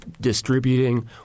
distributing